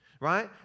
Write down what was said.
right